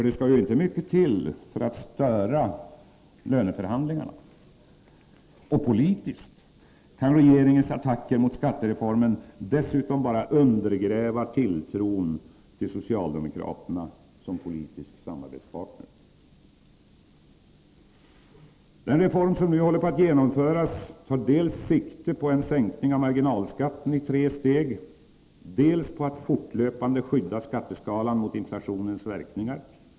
Det skall inte mycket till för att störa löneförhandlingarna. Politiskt kan regeringens attacker mot skattereformen dessutom bara undergräva tilltron till socialdemokraterna som politisk samarbetspartner. Den reform som nu håller på att genomföras tar sikte dels på en sänkning av marginalskatten i tre steg, dels på att fortlöpande skydda skatteskalan mot inflationens verkningar.